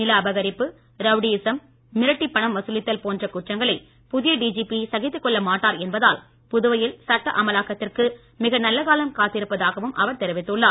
நில அபகரிப்பு ரவுடியிசம் மிரட்டிப் பணம் வசூலித்தல் போன்ற குற்றங்களை புதிய டிஜிபி சகித்துக்கொள்ள மாட்டார் என்பதால் புதுவையில் சட்ட அமலாக்கத்திற்கு மிக நல்ல காலம் காத்திருப்பதாகவும் அவர் தெரிவித்துள்ளார்